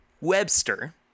Webster